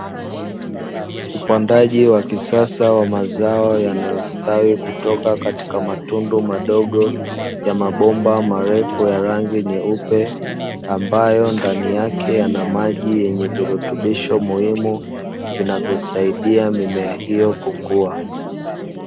Upandaji wa kisasa wa mazao yanayostawi kutoka katika matundu madogo ya mabomba marefu ya rangi nyeupe, ambayo ndani yake Yana maji yenye virutubisho muhimu vinavyosaidia mimea hiyo kikuwa.